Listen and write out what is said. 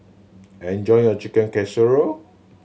enjoy your Chicken Casserole